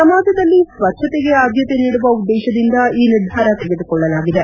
ಸಮಾಜದಲ್ಲಿ ಸ್ವಚ್ಛತೆಗೆ ಆದ್ಲತೆ ನೀಡುವ ಉದ್ದೇಶದಿಂದ ಈ ನಿರ್ಧಾರ ತೆಗೆದುಕೊಳ್ಳಲಾಗಿದೆ